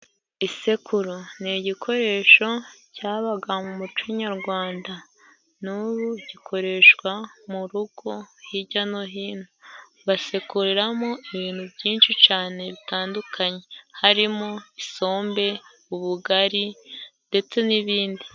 Isekuru ni igikoresho cyabaga mu muco nyarwanda n'ubu gikoreshwa mu rugo hirya no hino basekuriramo ibintu byinshi cane bitandukanye harimo isombe, ubugari ndetse n'ibindi.